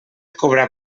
cobrar